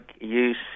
use